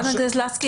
חברת הכנסת לסקי,